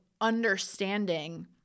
understanding